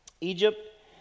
Egypt